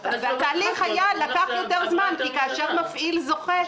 התהליך לקח יותר זמן כי כאשר מפעילי זוכה,